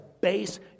base